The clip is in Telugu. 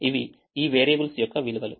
ఇవి ఈ వేరియబుల్స్ యొక్క విలువలు